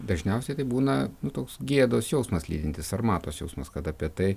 dažniausiai tai būna toks gėdos jausmas lydintis sarmatos jausmas kad apie tai